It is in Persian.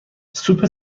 سوپ